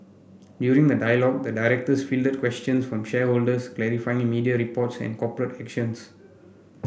during the dialogue the directors fielded questions from shareholders clarifying media reports and corporate actions